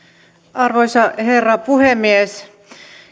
arvoisa herra puhemies